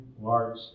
large